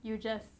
you just